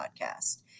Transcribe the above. podcast